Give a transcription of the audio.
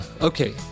okay